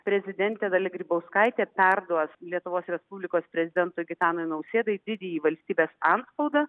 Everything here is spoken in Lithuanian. prezidentė dalia grybauskaitė perduos lietuvos respublikos prezidentui gitanui nausėdai didįjį valstybės antspaudą